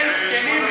אין זקנים,